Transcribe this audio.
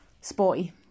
Sporty